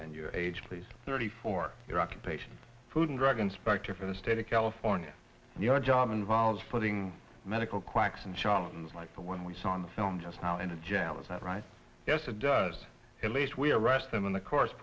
and your age please thirty four year occupation food and drug inspector for the state of california the other job involves putting medical quacks and charlatans like the one we saw in the film just now into jail is that right yes it does at least we arrest them in the course